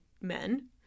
men